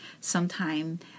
sometime